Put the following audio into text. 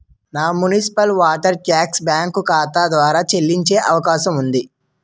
నా municipal water tax bank ఖాతా ద్వారా చెల్లించే అవకాశం ఉందా?